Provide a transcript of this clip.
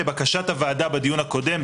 לבקשת הוועדה בדיון הקודם,